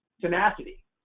tenacity